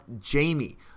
jamie